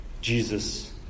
Jesus